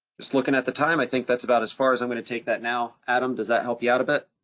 just looking at the time, i think that's about as far as i'm gonna take that now, adam, does that help you out a bit?